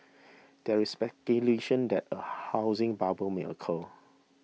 there is speculation that a housing bubble may occur